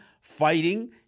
fighting